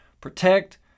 protect